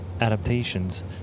adaptations